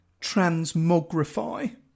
transmogrify